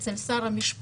אצל שר המשפטים,